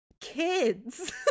kids